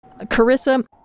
Carissa